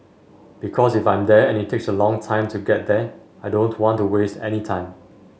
because if I'm there and it takes a long time to get there I don't want to waste any time